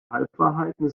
halbwahrheiten